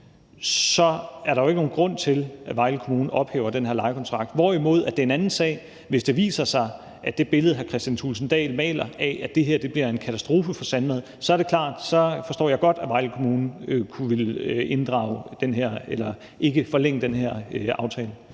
så er der jo ikke nogen grund til, at Vejle Kommune ophæver den her lejekontrakt, hvorimod det er en anden sag, hvis det viser sig, at det billede, hr. Kristian Thulesen Dahl maler af, at det her bliver en katastrofe for Sandvad, holder. Så er det klart, at så forstår jeg godt, at Vejle Kommune kunne ville inddrage eller ikke ville forlænge den her aftale.